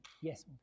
Yes